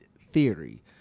Theory